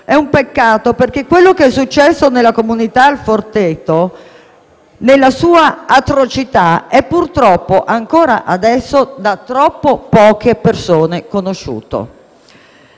È un peccato perché quello che è successo nella comunità «Il Forteto», nella sua atrocità, è purtroppo ancora adesso conosciuto da troppe poche persone.